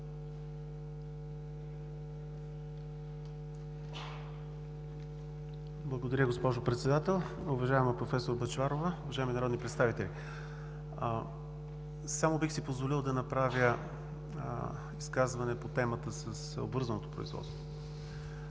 Благодаря, госпожо Председател. Уважаема професор Бъчварова, уважаеми народни представители! Само бих си позволил да направя изказване по темата с обвързаното производство.